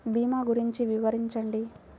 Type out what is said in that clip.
భీమా గురించి వివరించండి?